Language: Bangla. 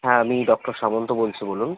হ্যাঁ আমি ডক্টর সামন্ত বলছি বলুন